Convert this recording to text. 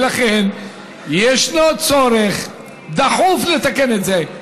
ולכן ישנו צורך דחוף לתקן את זה.